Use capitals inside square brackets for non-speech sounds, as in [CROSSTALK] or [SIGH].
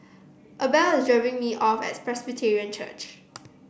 Abel is dropping me off at [NOISE] Presbyterian Church